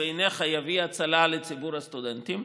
שבעיניך יביא הצלה לציבור הסטודנטים?